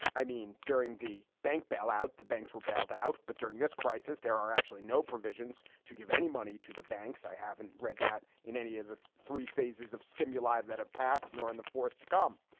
i mean, during the bank bailout, the banks were bailed out. but during this crisis, there are actually no provisions to give any money to the banks. i haven't read that in any of the three phases of stimuli that have passed, nor in the forth to come.